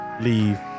leave